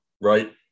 right